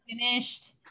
Finished